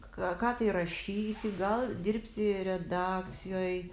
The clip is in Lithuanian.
ką ką tai rašyti gal dirbti redakcijoj